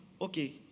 Okay